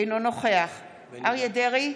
אינו נוכח אריה דרעי,